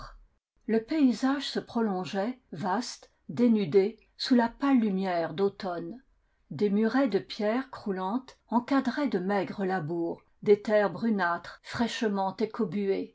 le paysage se prolongeait vaste dénudé sous là pâle lumière d automne des murets de pierres croulantes enca draient de maigres labour des terres brunâtres fraîche